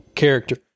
Character